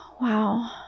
wow